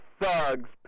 thugs